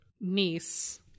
niece